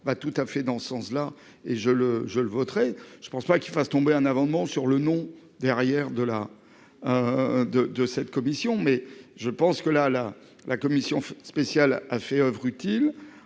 va tout à fait dans ce sens-là et je le je le voterai. Je ne pense pas qu'il fasse tomber un amendement sur le nom derrière de la. De de cette commission. Mais je pense que la, la, la commission spéciale a fait oeuvre utile